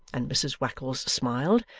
and mrs wackles smiled,